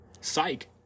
Psych